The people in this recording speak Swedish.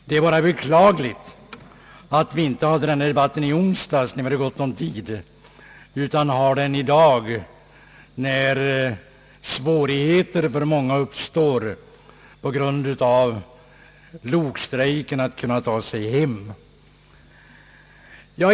Det är bara beklagligt att vi inte kunde föra denna debatt i onsdags, när vi hade gott om tid, utan får den i dag när svårigheter för många uppstår att ta sig hem på grund av lokförarstrejken.